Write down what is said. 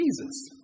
Jesus